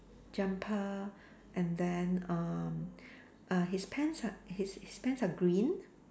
jumper and then um uh his pants are his his pants are green